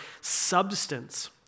substance